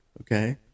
okay